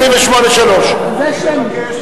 28(3). זה שמי.